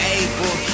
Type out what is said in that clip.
able